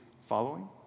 following